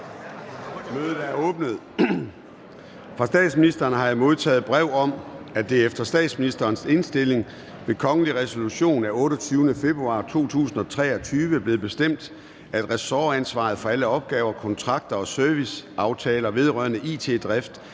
Fra statsministeren har jeg modtaget brev om, at det efter statsministerens indstilling ved kongelig resolution af 28. februar 2023 blev bestemt, at ressortansvaret for alle opgaver, kontrakter og serviceaftaler vedrørende it-drift